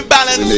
Balance